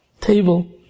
table